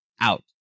out